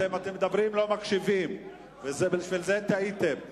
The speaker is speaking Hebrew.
אתם מדברים ולא מקשיבים, ולכן טעיתם.